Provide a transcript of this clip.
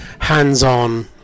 hands-on